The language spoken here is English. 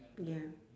ya